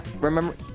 remember